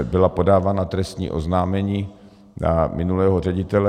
Byla podávána trestní oznámení na minulého ředitele.